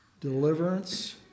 Deliverance